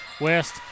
West